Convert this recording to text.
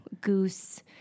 goose